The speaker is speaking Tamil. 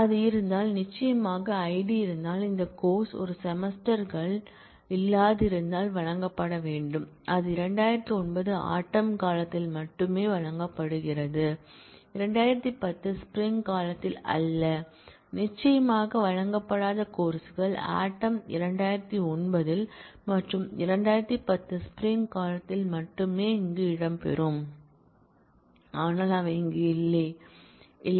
அது இருந்தால் நிச்சயமாக ஐடி இருந்தால் அந்த கோர்ஸ் இரு செமஸ்டர்களிலும் இல்லாதிருந்தால் வழங்கப்பட வேண்டும் அது 2009 ஆட்டம் காலத்தில் மட்டுமே வழங்கப்படுகிறது 2010 ஸ்ப்ரிங் காலத்தில் அல்ல நிச்சயமாக வழங்கப்படாத கோர்ஸ் கள் ஆட்டம் 2009 இல் மற்றும் 2010 ஸ்ப்ரிங் காலத்தில் மட்டுமே இங்கு இடம்பெறும் ஆனால் அவை இங்கே இல்லை